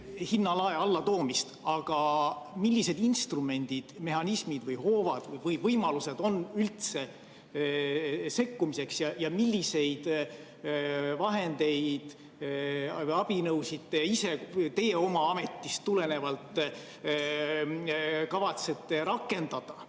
hinnalae alla toomist, aga milliseid instrumendid, mehhanismid, hoovad või võimalused on üldse sekkumiseks ja milliseid vahendeid, abinõusid teie ise oma ametist tulenevalt kavatsete rakendada,